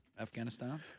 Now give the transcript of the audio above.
Afghanistan